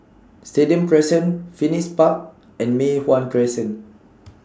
Stadium Crescent Phoenix Park and Mei Hwan Crescent